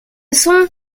sont